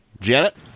Janet